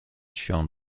shown